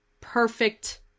perfect